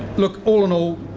look, all in all,